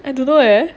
I don't know leh